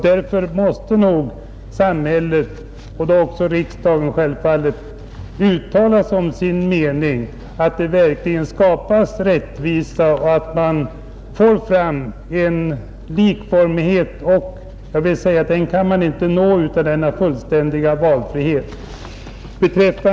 Därför måste nog riksdagen uttala som sin mening att det verkligen behöver skapas rättvisa, och sådan kan inte uppnås utan fullständig likformighet.